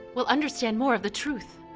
we'll understand more of the truth.